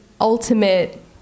ultimate